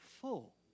full